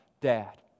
dad